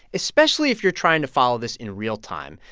especially if you're trying to follow this in real time.